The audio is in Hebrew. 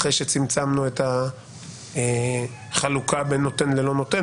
אחרי שצמצמנו את החלוקה בין נותן ללא נותן.